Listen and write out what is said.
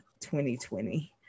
2020